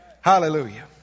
Hallelujah